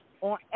On